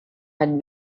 had